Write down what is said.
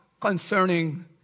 concerning